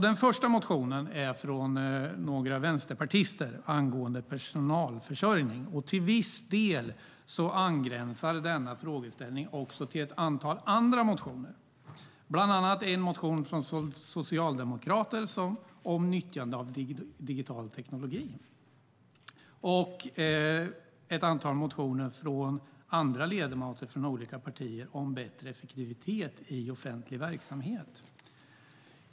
Den första motionen är från några vänsterpartister angående personalförsörjning. Till viss del angränsar denna frågeställning också till ett antal andra motioner, bland annat en motion från socialdemokrater om nyttjande av digital teknologi och ett antal motioner från andra ledamöter från olika partier om bättre effektivitet i offentlig verksamhet.